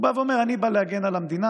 הוא בא ואומר: אני בא להגן על המדינה.